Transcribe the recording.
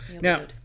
Now